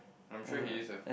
I'm sure he is ah